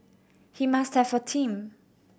he must have a team